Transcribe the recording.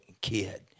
kid